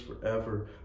forever